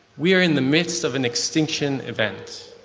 we are in the midst of an extinction event,